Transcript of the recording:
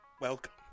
Welcome